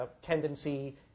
tendency